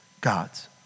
God's